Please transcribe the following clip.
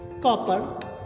Copper